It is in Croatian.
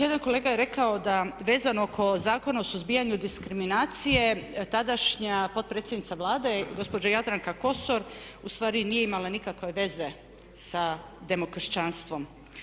Jedan kolega je rekao da vezano oko Zakona o suzbijanju diskriminacije tadašnja potpredsjednica Vlade gospođa Jadranka Kosor ustvari nije imala nikakve veze sa demokršćanstvom.